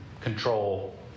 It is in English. control